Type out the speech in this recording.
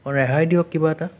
হয় ৰেহাই দিয়ক কিবা এটা